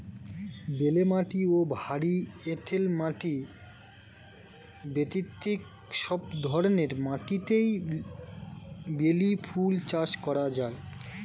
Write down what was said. বেলে মাটি ও ভারী এঁটেল মাটি ব্যতীত সব ধরনের মাটিতেই বেলি ফুল চাষ করা যায়